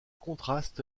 contraste